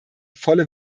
volle